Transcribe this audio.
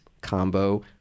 combo